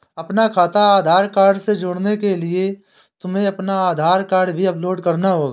अपना खाता आधार कार्ड से जोड़ने के लिए तुम्हें अपना आधार कार्ड भी अपलोड करना होगा